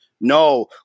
No